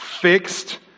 fixed